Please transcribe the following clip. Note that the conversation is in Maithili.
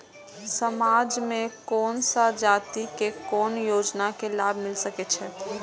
समाज में कोन सा जाति के कोन योजना के लाभ मिल सके छै?